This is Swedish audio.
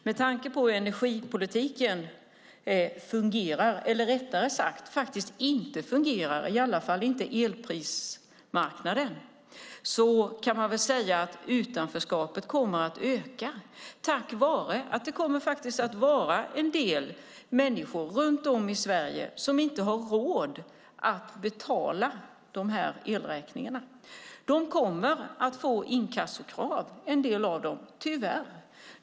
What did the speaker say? Med tanke på hur energipolitiken fungerar eller rättare sagt inte fungerar, i alla fall inte elprismarknaden, kan man väl säga att utanförskapet kommer att öka på grund av att det kommer att vara en del människor runt om i Sverige som inte har råd att betala elräkningarna. En del av dem kommer tyvärr att få inkassokrav.